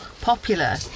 popular